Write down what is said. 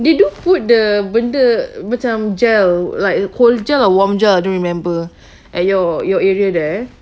they do put the benda macam gel like cold gel or warm gel don't remember at your your area there